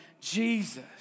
Jesus